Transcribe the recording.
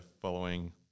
following